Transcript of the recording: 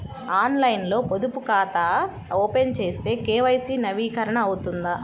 ఆన్లైన్లో పొదుపు ఖాతా ఓపెన్ చేస్తే కే.వై.సి నవీకరణ అవుతుందా?